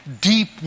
deep